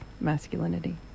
masculinity